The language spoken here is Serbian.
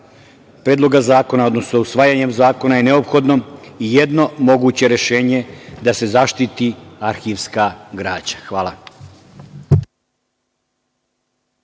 predloga zakona, odnosno usvajanje zakona je neophodno i jedno moguće rešenje da se zaštiti arhivska građa. Hvala.